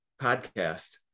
podcast